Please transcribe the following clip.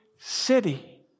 city